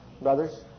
brothers